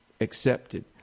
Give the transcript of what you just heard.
accepted